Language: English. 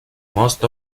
most